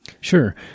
Sure